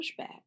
pushback